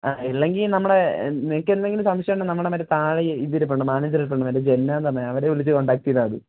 ഇല്ലെങ്കിൽ നമ്മുടെ നിനക്ക് എന്തെങ്കിലും സംശയമുണ്ടെങ്കിൽ നമ്മുടെ മറ്റേ താഴ ഇതിരിപ്പുണ്ട് മാനേജർ ഇരിപ്പുണ്ട് മറ്റേ ജന്നാ എന്ന് പറഞ്ഞ അവരെ വിളിച്ച് കോൺടാക്ട് ചെയ്താൽ മതി